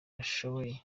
bashoboye